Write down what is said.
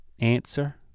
answer